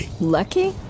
Lucky